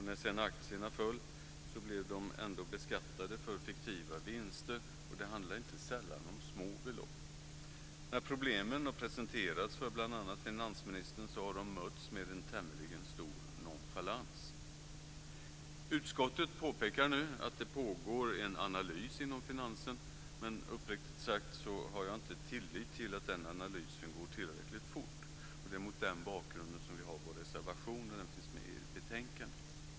När sedan aktierna föll blev de ändå beskattade för fiktiva vinster, och det handlade inte sällan om små belopp. När problemen presenterats för bl.a. finansministern har de mötts med en tämligen stor nonchalans. Utskottet påpekar nu att det pågår en analys inom finansen, men uppriktigt sagt har jag inte tillit till att den analysen går tillräckligt fort, och det är mot den bakgrunden som vi har vår reservation som finns med i betänkandet.